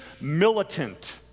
militant